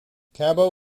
cabo